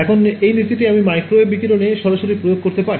এখন একই নীতিটি আমি মাইক্রোওয়েভ বিকিরণে সরাসরি প্রয়োগ করতে পারি